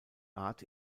art